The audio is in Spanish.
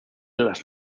las